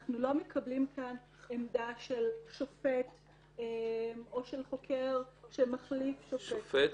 אנחנו לא מקבלים כאן עמדה של שופט או של חוקר שמחליף שופט.